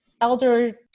elder